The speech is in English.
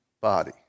body